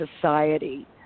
society